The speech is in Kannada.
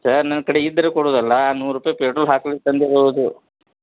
ಸರ್ ನನ್ನ ಕಡೆ ಇದ್ರೆ ಕೊಡುದಲ್ಲ ನೂರು ರೂಪಾಯಿ ಪೆಟ್ರೋಲ್ ಹಾಕೋದಕ್ಕೆ ತಂದಿರೋದು